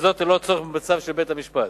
ללא צורך בצו של בית-משפט.